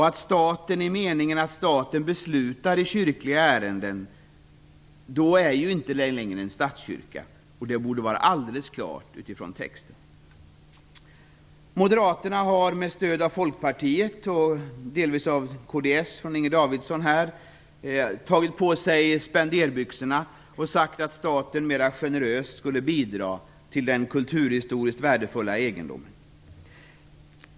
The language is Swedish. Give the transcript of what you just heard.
Att staten i meningen att staten beslutar i kyrkliga ärenden är det ju inte längre en statskyrka. Det borde framgå alldeles klart av texten. Moderaterna har med stöd av Folkpartiet och delvis av kds genom Inger Davidson tagit på sig spenderbyxorna och sagt att staten mer generöst skulle bidra till den kulturhistoriskt värdefulla egendomen.